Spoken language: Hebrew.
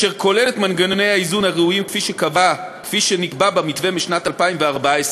אשר כולל את מנגנוני האיזון הראויים כפי שנקבע במתווה משנת 2014,